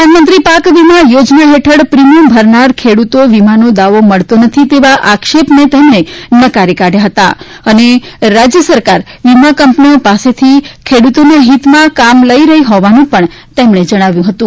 પ્રધાનમંત્રી પાક વીમા યોજના હેઠળ પ્રીમિયમ ભરનાર ખેડૂતો વીમાનો દાવો મળતો નથી તેવા આક્ષેપને તેમણે નકારી કાઢ્યો હતો અને રાજ્ય સરકાર વીમા કંપનીઓ પાસેથી ખેડૂતોના હિતમા કામ લઈ રહી હોવાનું પણ તેમણે કહ્યું હતું